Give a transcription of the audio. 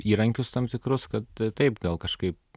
įrankius tam tikrus kad taip gal kažkaip